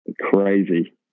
Crazy